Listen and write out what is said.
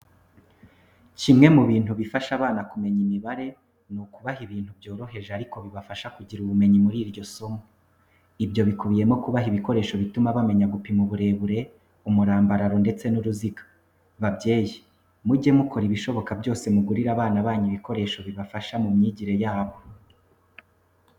Kimwe mu bintu bifasha abana kumenya imibare, ni ukubaha ibintu byoroheje ariko bibafasha kugira ubumenyi muri iryo somo. Ibyo bikubiyemo kubaha ibikoresho bituma bamenya gupima uburebure, umurambararo ndetse n'uruziga. Babyebyi, mujye mukora ibishoboka byose mugurire abana banyu ibikoresho bibafasha mu myigire yabo.